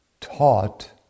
taught